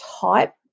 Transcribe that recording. type